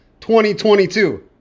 2022